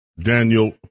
Daniel